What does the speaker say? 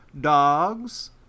dogs